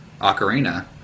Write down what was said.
Ocarina